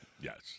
Yes